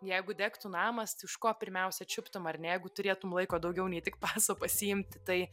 jeigu degtų namas tai už ko pirmiausia čiuptum ar ne jeigu turėtum laiko daugiau nei tik pasą pasiimti tai